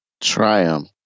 Triumph